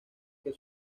que